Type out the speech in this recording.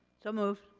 so moved.